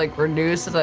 like reduced,